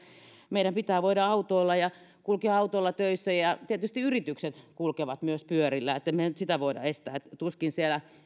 meidän pitää voida autoilla ja kulkea autolla töissä ja tietysti yritykset kulkevat myös pyörillä emme me nyt sitä voi estää tuskin siellä